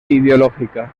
ideológica